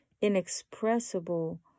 inexpressible